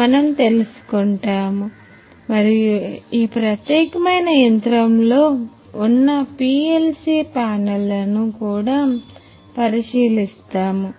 మనము తెలుసుకుంటాము మరియు ఈ ప్రత్యేకమైన యంత్రంలో ఉన్న PLC ప్యానెల్ను కూడా పరిశీలిస్తాము